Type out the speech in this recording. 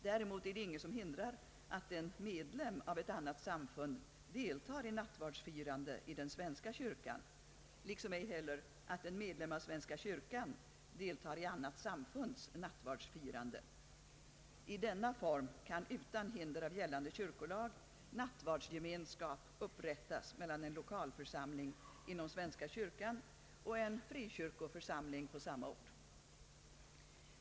Däremot är det inget som hindrar att en medlem av ett annat samfund deltar i nattvardsfirande i den svenska kyrkan liksom ej heller att en medlem av svenska kyrkan deltar i annat samfunds nattvardsfirande. I denna form kan utan hinder av gällande kyrkolag nattvardsgemenskap upprättas mellan en lokalförsamling inom svenska kyrkan och en frikyrkoförsamling på samma ort.